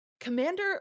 Commander